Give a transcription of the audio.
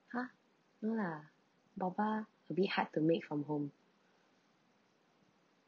!huh! no lah boba a bit hard to make from home